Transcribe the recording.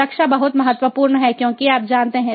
सुरक्षा बहुत महत्वपूर्ण है क्योंकि आप जानते हैं